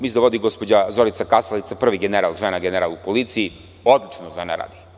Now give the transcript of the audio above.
Mislim da je vodi gospođa Zorica Kasalica, prvi general žena u policiji i odlično žena radi.